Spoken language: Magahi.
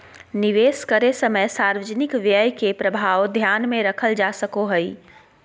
निवेश करे समय सार्वजनिक व्यय के प्रभाव ध्यान में रखल जा सको हइ